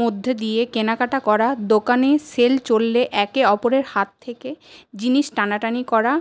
মধ্যে দিয়ে কেনাকাটা করা দোকানে সেল চললে একে ওপরের হাত থেকে জিনিস টানাটানি করা